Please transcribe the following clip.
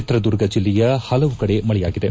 ಚಿತ್ರದುರ್ಗ ಜಿಲ್ಲೆಯ ಹಲವು ಕಡೆ ಮಳೆಯಾಗಿದೆ